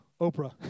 Oprah